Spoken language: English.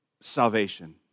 salvation